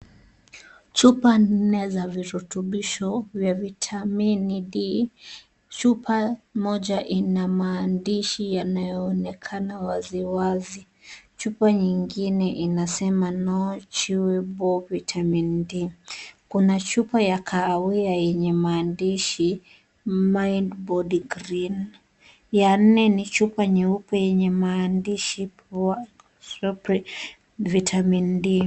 Chupa nne za virutubisho vya vitamini D, Chupa moja ina maandishi yanayoonekana waziwazi, chupa nyingine inasema no chewable vitamin D . Kuna chupa ya kahawia yenye maandishi mind-body green . Ya nne, ni chupa nyeupe yenye maandishi vitamin D .